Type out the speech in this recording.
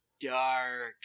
dark